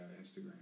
Instagram